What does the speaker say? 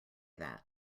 that